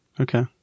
Okay